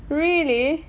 really